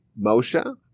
Moshe